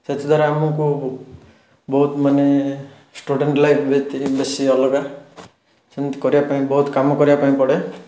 ସେଥିଦ୍ୱାରା ଆମକୁ ବହୁତ ମାନେ ଷ୍ଟୁଡ଼େଣ୍ଟ୍ ଲାଇଫ୍ ବେଥୀ ବେଶୀ ଅଲଗା କରିବା ପାଇଁ ବହୁତ କାମ କରିବା ପାଇଁ ପଡ଼େ